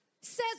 says